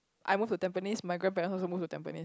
I move to Tampines my girlfriend also move to Tampines